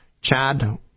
Chad